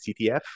CTF